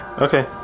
Okay